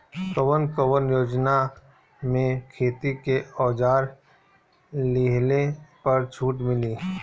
कवन कवन योजना मै खेती के औजार लिहले पर छुट मिली?